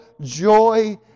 joy